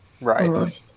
Right